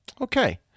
okay